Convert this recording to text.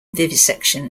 vivisection